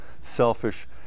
selfish